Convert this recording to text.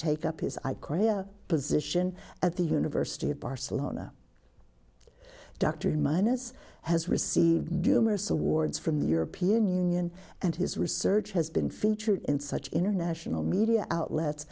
take up his i korea position at the university of barcelona dr minus has received dimmers awards from the european union and his research has been featured in such international media outlets